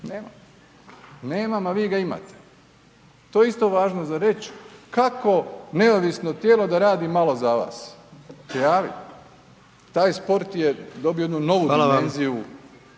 nemam, nemam, a vi ga imate. To je isto važno za reći kako neovisno tijelo da radi malo za vas, prijavi. Taj sport je dobio jednu novu dimenziju